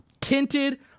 tinted